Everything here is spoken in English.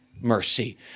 mercy